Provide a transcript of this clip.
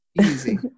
Easy